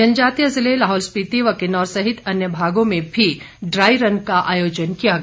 जनजातीय ज़िले लाहौल स्पिति व किन्नौर सहित अन्य भागों में भी ड्राई रन का आयोजन किया गया